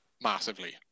Massively